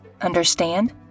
understand